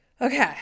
Okay